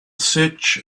search